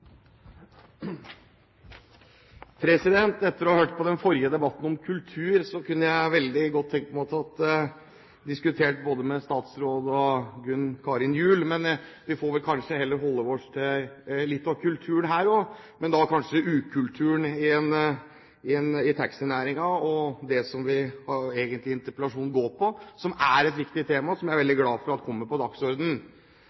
Etter å ha hørt på den forrige debatten, om kultur, kunne jeg veldig godt tenkt meg å diskutere både med statsråden og Gunn Karin Gjul, men vi får vel kanskje heller holde oss til litt av kulturen her – men da kanskje ukulturen – i taxinæringen og det som interpellasjonen egentlig går på, som er et viktig tema, og som jeg er